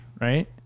right